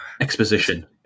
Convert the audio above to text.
Exposition